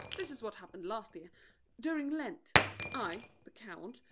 this is what happened last year during lent i, the count,